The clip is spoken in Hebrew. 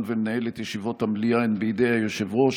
ולנהל את ישיבות המליאה הן בידי היושב-ראש,